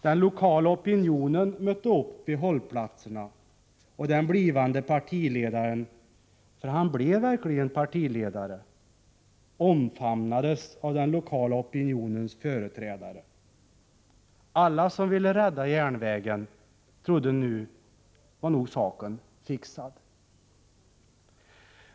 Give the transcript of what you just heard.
Den lokala opinionen mötte upp vid hållplatserna, och den blivande partiledaren — för han blev verkligen partiledare — omfamnades av den lokala opinionens företrädare. Alla som ville rädda järnvägen trodde att nu var nog saken fixad.